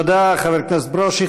תודה, חבר הכנסת ברושי.